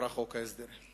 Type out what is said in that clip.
ההסדרים.